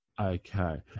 okay